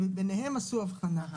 וביניהם עשו הבחנה.